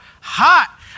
hot